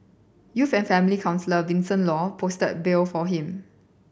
youth and family counsellor Vincent Law posted bail for him